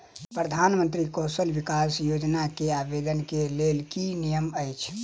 प्रधानमंत्री कौशल विकास योजना केँ आवेदन केँ लेल की नियम अछि?